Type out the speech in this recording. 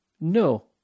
no